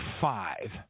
five